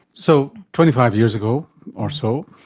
so twenty five years ago or so,